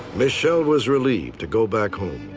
michele was relieved to go back home.